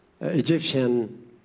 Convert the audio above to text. Egyptian